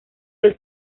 del